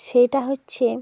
সেটা হচ্ছে